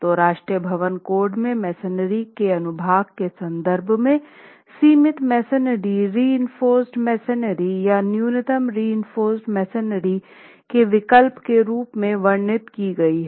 तो राष्ट्रीय भवन कोड में मेंसरी के अनुभाग के संदर्भ में सिमित मेसनरी रीइंफोर्स्ड मेंसरी या न्यूनतम रीइंफोर्स्ड मेंसरी के विकल्प के रूप में वर्णित की गई है